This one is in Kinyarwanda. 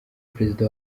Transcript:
perezida